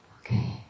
Okay